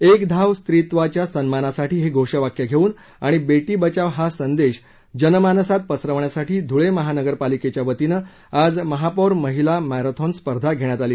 एक धाव स्त्रीत्वाच्या सन्मानासाठी हे घोष वाक्य धेवून व बेटी बचाव हा संदेश जनमानसात पसरविण्यासाठी धुळे महानगरपालिकेच्या वतीने आज महापौर महिला मर्रेखॉन स्पर्धा घेण्यात आली